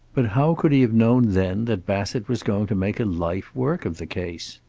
but how could he have known then that bassett was going to make a life-work of the case?